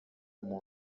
muntu